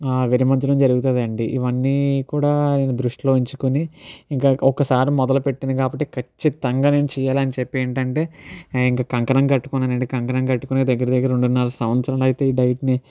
విరమిచండం జరుగుతుందండి ఇవన్నీ కూడా దృష్టిలో ఉంచుకొని ఇంకా ఒకసారి మొదలుపెట్టింది కాబట్టి ఖచ్చితంగా నేను చేయాలి అని చెప్పి ఏంటంటే ఇంకా కంకణం కట్టుకున్నానండి కంకణం కట్టుకుని దగ్గర దగ్గర రెండున్నర సంవత్సరంలో అయితే ఈ డైట్ ని